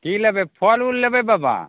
की लेबै फल उल लेबै बाबा